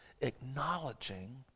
acknowledging